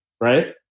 right